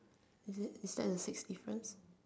is it is that the sixth difference